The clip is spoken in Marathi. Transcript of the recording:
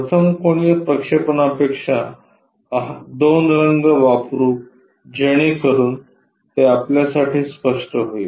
प्रथम कोनीय प्रक्षेपणापेक्षा आह दोन रंग वापरू जेणेकरून ते आपल्यासाठी स्पष्ट होईल